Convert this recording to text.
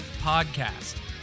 podcast